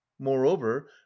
moreover